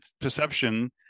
perception